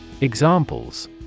Examples